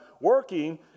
working